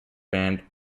band